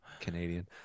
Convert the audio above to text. canadian